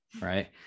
right